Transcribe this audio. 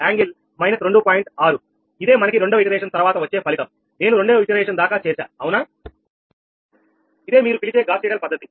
6 ఇదే మనకి రెండవ పునరావృతం తర్వాత వచ్చే ఫలితం నేను రెండవ పునరావృతం దాకా చేశా అవునా ఇదే మీరు పిలిచే గాస్ సీడళ్ పద్ధతి